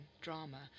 drama